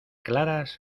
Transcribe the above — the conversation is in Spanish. claras